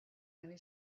many